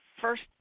first